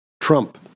Trump